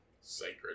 Sacred